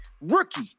rookie